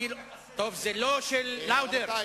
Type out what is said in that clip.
טוב, זה לא של לאודר?